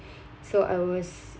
so I was